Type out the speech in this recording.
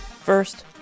First